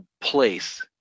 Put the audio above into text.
place